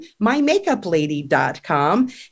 mymakeuplady.com